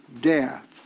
death